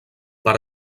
per